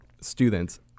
students